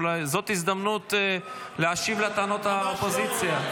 אולי זאת ההזדמנות להשיב לטענות האופוזיציה.